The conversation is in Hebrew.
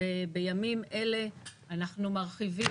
בימים אלה אנחנו מרחיבים,